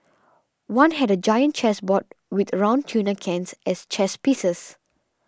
one had a giant chess board with round tuna cans as chess pieces